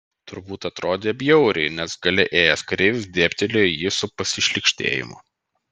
turbūt atrodė bjauriai nes gale ėjęs kareivis dėbtelėjo į jį su pasišlykštėjimu